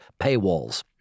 paywalls